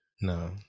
no